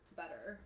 better